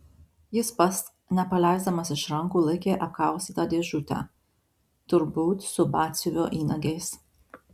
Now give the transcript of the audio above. jis pats nepaleisdamas iš rankų laikė apkaustytą dėžutę turbūt su batsiuvio įnagiais